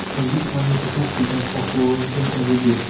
and these magnificent presents are pouring in every day,